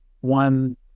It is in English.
one